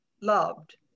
loved